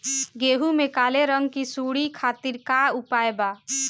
गेहूँ में काले रंग की सूड़ी खातिर का उपाय बा?